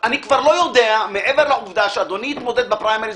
אני כבר לא יודע מעבר לעובדה שאדוני התמודד בפריימריז